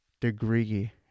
degree